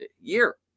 year